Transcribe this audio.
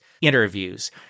interviews